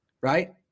right